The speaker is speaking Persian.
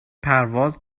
پرواز